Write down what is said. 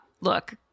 Look